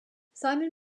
simon